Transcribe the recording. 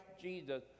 Jesus